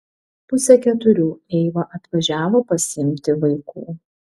pusę keturių eiva atvažiavo pasiimti vaikų